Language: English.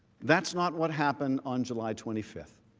that is not what happened on july twenty five.